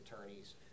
attorneys